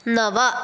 नव